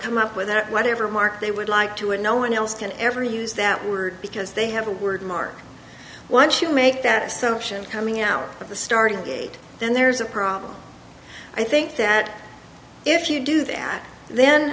come up with that whatever mark they would like to and no one else can ever use that word because they have a word mark once you make that assumption coming out of the starting gate then there's a problem i think that if you do that then